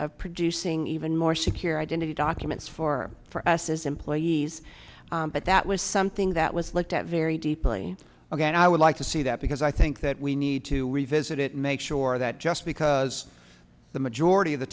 of producing even more secure identity documents for for us as employees but that was something that was looked at very deeply again i would like to see that because i think that we need to revisit it make sure that just because the majority of the